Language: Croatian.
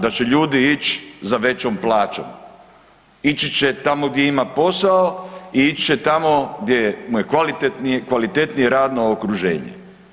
Da će ljudi ići za većom plaćom, ići će tamo gdje ima posao i ići će tamo gdje mu je kvalitetnije radno okruženje.